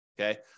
Okay